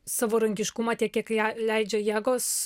savarankiškumą tiek kiek le leidžia jėgos